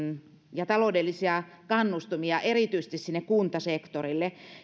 ja taloudellisia kannustimia erityisesti sinne kuntasektorille